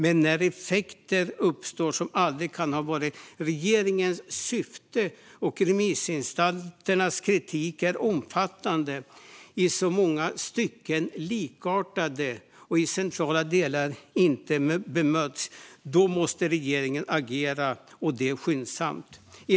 Men när effekter uppstår som aldrig kan ha varit regeringens syfte och när remissinstansernas kritik är omfattande, i många stycken likartad och i centrala delar inte bemöts måste regeringen agera och det skyndsamt.